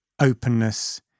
openness